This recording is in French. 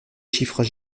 chiffres